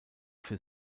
für